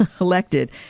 elected